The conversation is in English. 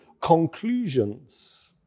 conclusions